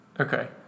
Okay